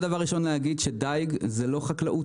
דבר ראשון, אני רוצה להגיד שדיג זה לא חקלאות.